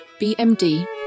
bmd